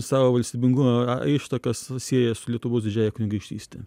savo valstybingumo ištakas sieja su lietuvos didžiąja kunigaikštyste